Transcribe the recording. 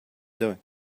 doing